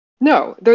No